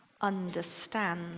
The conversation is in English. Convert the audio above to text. understand